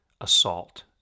assault